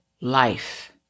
life